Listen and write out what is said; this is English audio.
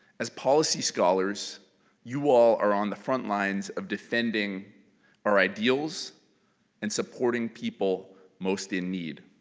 as policy scholars you all are on the front lines of defending our ideals and supporting people most in need.